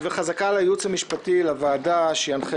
וחזקה על הייעוץ המשפטי לוועדה שינחה